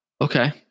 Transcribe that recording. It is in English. Okay